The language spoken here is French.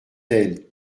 elles